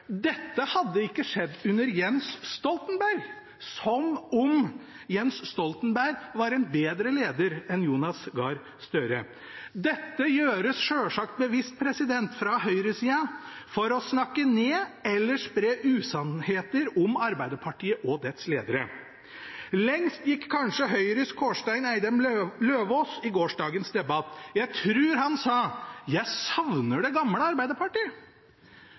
hadde ikke skjedd under Jens Stoltenberg.» Som om Jens Stoltenberg var en bedre leder enn Jonas Gahr Støre. Dette gjøres selvsagt bevisst fra høyresida for å snakke ned eller spre usannheter om Arbeiderpartiet og dets ledere. Lengst gikk kanskje Høyres Kårstein Eidem Løvaas i gårsdagens debatt. Han sa: «Jeg savner det gode, gamle Arbeiderpartiet.»